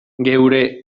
geure